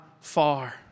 far